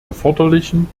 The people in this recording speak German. erforderlichen